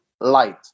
light